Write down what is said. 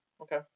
Okay